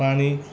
ਪਾਣੀ